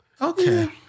Okay